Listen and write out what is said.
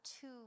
two